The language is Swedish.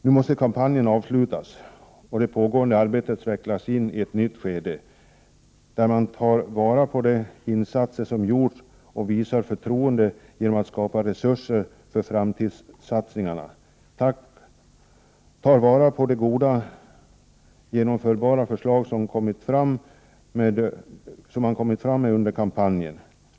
Nu måste kampanjen avslutas och det pågående arbetet växlas in i ett nytt skede, där man tar vara på de insatser som gjorts och visar förtroende genom att skapa resurser för framtidssatsningar, tar vara på de goda genomförbara förslag som folk kommit med under kampanjen.